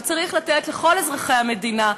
וצריך לתת לכל אזרחי המדינה,